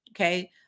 Okay